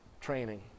training